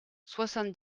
soixante